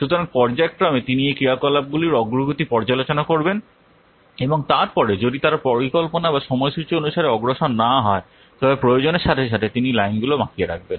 সুতরাং পর্যায়ক্রমে তিনি এই ক্রিয়াকলাপগুলির অগ্রগতি পর্যালোচনা করবেন এবং তারপরে যদি তারা পরিকল্পনা বা সময়সূচী অনুসারে অগ্রসর না হয় তবে প্রয়োজনের সাথে সাথে তিনি লাইনগুলি বাঁকিয়ে রাখবেন